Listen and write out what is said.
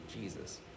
Jesus